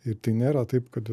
ir tai nėra taip kad